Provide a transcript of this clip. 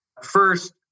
first